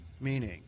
meaning